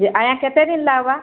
ଯେ ଆଜ୍ଞା କେତେ ଦିନ୍ ଲାଗ୍ବା